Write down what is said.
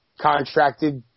contracted